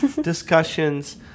discussions